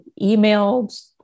emailed